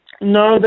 No